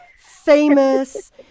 famous